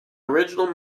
original